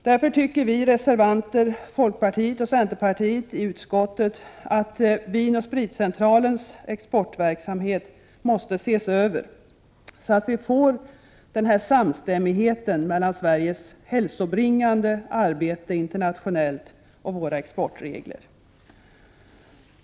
Därför tycker vi reservanter, folkpartiet och centerpartiet i utskottet, att Vin & Spritcentralens exportverksamhet måste ses över, så att vi får denna samstämmighet mellan Sveriges hälsobringande arbete internationellt och våra exportregler.